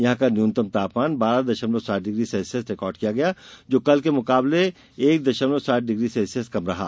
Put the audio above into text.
यहां का न्यूनतम तापमान बारह दशमलव सात डिग्री सेल्सियस दर्ज हुआ जो कल के मुकाबले एक दशमलव सात डिग्री सेल्सियस कम रहा